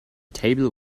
table